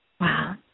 Wow